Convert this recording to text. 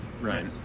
Right